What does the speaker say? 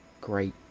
Great